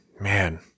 man